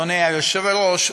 אדוני היושב-ראש,